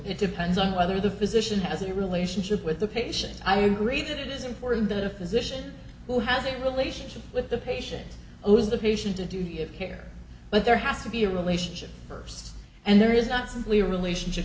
it depends on whether the physician has a relationship with the patient i agree that it is important that a physician who has a relationship with the patient owes the patient a duty of care but there has to be a relationship first and there is not simply a relationship